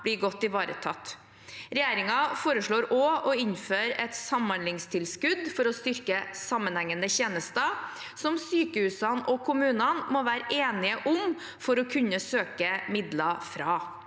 blir godt ivaretatt. Regjeringen foreslår også å innføre et samhandlingstilskudd for å styrke sammenhengende tjenester som sykehusene og kommunene må være enige om for å kunne søke midler fra.